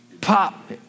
Pop